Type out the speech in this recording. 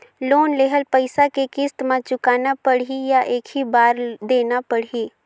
Loan लेहल पइसा के किस्त म चुकाना पढ़ही या एक ही बार देना पढ़ही?